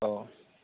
औ